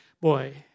Boy